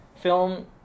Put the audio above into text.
Film